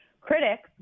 Critics